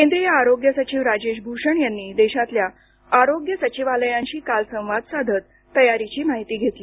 केंद्रीय आरोग्य सचिव राजेश भूषण यांनी देशातल्या आरोग्य सचिवालयांशी काल संवाद साधत तयारीची माहिती घेतली